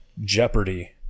jeopardy